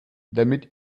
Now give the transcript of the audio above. damit